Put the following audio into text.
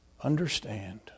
understand